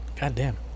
goddamn